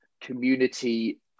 community